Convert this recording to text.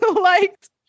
liked